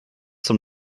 zum